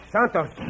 Santos